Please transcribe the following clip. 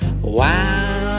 Wow